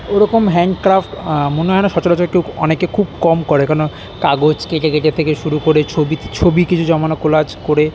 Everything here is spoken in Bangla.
ওরকম হ্যান্ডক্রাফ্ট মনে হয় না সচরাচর কেউ অনেকে খুব কম করে কেন কাগজ কেটে কেটে থেকে শুরু করে ছবি ছবি কিছু জমানো কোলাজ করে